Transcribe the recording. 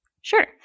Sure